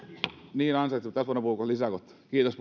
niin ansaitsee mutta tästä voidaan puhua lisää kohta kiitos